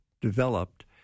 developed